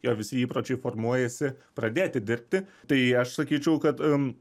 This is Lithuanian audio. ir visi įpročiai formuojasi pradėti dirbti tai aš sakyčiau kad